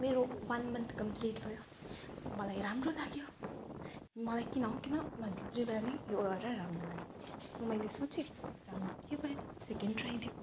मेरो one month complete भयो मलाई राम्रो लाग्यो मलाई किन हो किन मनभित्रबाट नै योगा गरेर राम्रो लाग्यो सो मैले सोचेँ राम्रो के भयो सेकेन्ड ट्राई दिऊँ